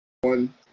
one